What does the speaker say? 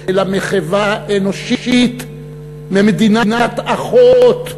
אלא מחווה אנושית ממדינה אחות,